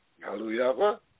Hallelujah